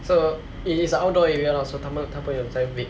so it is a outdoor area lah so 他他朋友在 vape